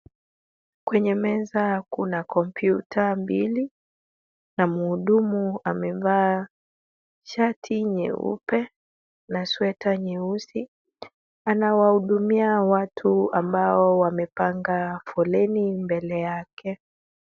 Kwenye meza kuna computer mbili, na muhudumu amevaa shati nyeupe na sweta nyeusi, anawahudumia watu ambao wamepanga foleni nyuma yake.